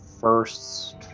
first